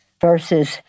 versus